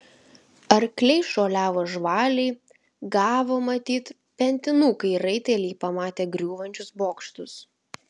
arkliai šuoliavo žvaliai gavo matyt pentinų kai raiteliai pamatė griūvančius bokštus